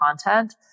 content